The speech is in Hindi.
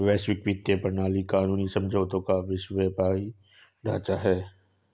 वैश्विक वित्तीय प्रणाली कानूनी समझौतों का विश्वव्यापी ढांचा है